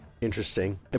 Interesting